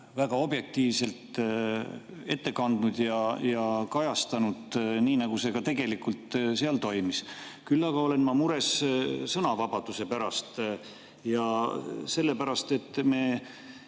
väga objektiivselt ette kandnud ja kajastanud, nii nagu see tegelikult toimus. Küll aga olen ma mures sõnavabaduse pärast ja selle pärast, et me